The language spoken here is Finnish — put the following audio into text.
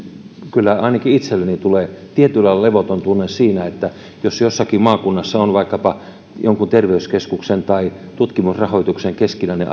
kyllä ainakin itselleni tulee tietyllä lailla levoton tunne siinä että jos jossakin maakunnassa on vaikkapa jonkun terveyskeskuksen tai tutkimusrahoituksen keskinäinen